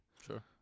Sure